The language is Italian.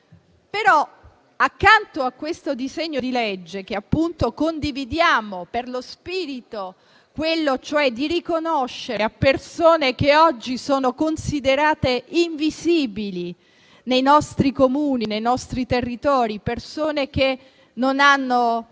seconda parte in questo disegno di legge, che condividiamo per lo spirito, che è quella cioè di riconoscere un diritto a persone che oggi sono considerate invisibili nei nostri Comuni, nei nostri territori, persone che non hanno